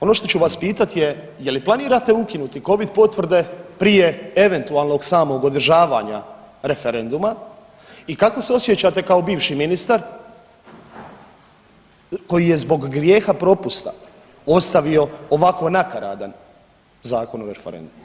Ono što ću vas pitat je je li planirate ukinuti covid potvrde prije eventualnog samog održavanja referenduma i kako se osjećate kao bivši ministar koji je zbog grijeha propusta ostavio ovako nakaradan Zakon o referendumu?